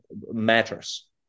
matters